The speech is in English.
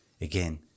again